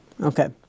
Okay